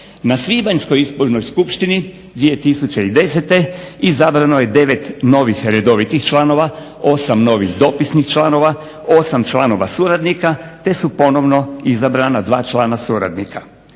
Na svibanjskoj izbornoj skupštini 2010. izabrano je 9 novih redovitih članova, 8 novih dopisnik članova, 8 članova suradnika te su ponovno izabrana dva člana suradnika.